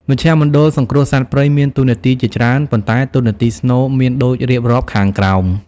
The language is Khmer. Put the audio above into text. មជ្ឈមណ្ឌលសង្គ្រោះសត្វព្រៃមានតួនាទីជាច្រើន ប៉ុន្តែតួនាទីស្នូលមានដូចរៀបរាប់ខាងក្រោម។